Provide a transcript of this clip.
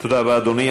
תודה רבה, אדוני.